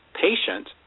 patient